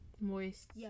moist